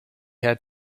had